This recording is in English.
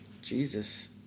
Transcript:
Jesus